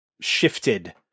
shifted